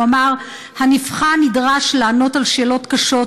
הוא אמר: הנבחן נדרש לענות על שאלות קשות,